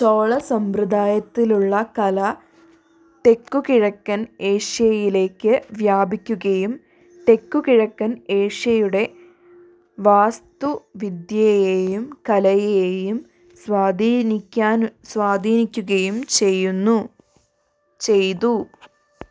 ചോളസമ്പ്രദായത്തിലുള്ള കല തെക്കുകിഴക്കൻ ഏഷ്യയിലേക്ക് വ്യാപിക്കുകയും തെക്കുകിഴക്കൻ ഏഷ്യയുടെ വാസ്തുവിദ്യയെയും കലയെയും സ്വാധീനിക്കാൻ സ്വാധീനിക്കുകയും ചെയ്യുന്നു ചെയ്തു